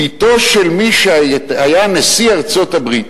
בתו של מי שהיה נשיא ארצות-הברית,